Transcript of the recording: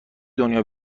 دنیا